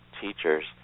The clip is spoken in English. teachers